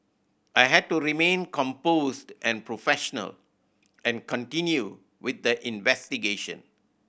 I had to remain composed and professional and continue with the investigation